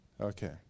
Okay